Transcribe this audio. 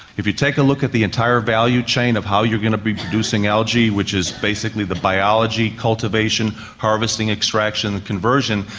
if you take a look at the entire value chain of how you're going to be producing algae, which is basically the biology, cultivation, harvesting, extraction and conversion,